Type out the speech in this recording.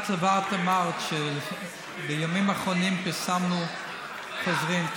את לבד אמרת שבימים האחרונים פרסמנו חוזרים,